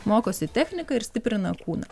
mokosi techniką ir stiprina kūną